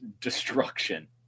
destruction